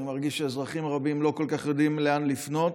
אני מרגיש שאזרחים רבים לא כל כך יודעים לאן לפנות,